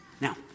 Now